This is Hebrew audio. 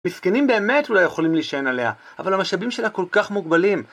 מסכנים באמת אולי יכולים להשען עליה, אבל המשאבים שלה כל כך מוגבלים.